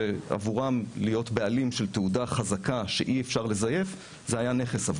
שעבורם להיות בעלים של תעודה חזקה שאי אפשר לזייף היה נכס.